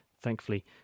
thankfully